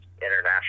international